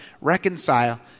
reconcile